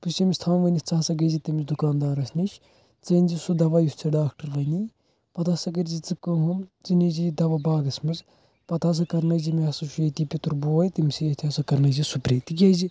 بہِ چھُس امِس تھاوان ونتھ ژٕ ہسا گیہِ زِ تٔمِس دُکاندارس نِش ژٕ أنزِ سُہ دوا یُس ژےٚ ڈاکٹر وۄنی پتہِ ہسا کٔرزِ ژٕ کٲم ژٕ نی زِ یہِ دوا باغس منٛز پتہٕ ہسا کٔرنٲیزِ مےٚ ہسا چھُ یتی پِتُر بھوےٚ تٔمسٕے اتھہِ ہسا کٔرنٲیزِ سُپرے تِکیٛازِ